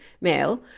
male